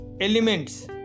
elements